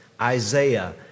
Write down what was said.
Isaiah